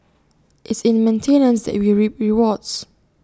it's in maintenance that we reap rewards